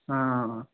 हाँ